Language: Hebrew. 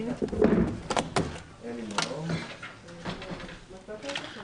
היום יום שני,